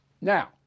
Now